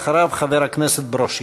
אחריו, חבר הכנסת ברושי.